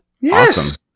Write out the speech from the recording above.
Yes